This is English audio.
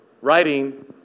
writing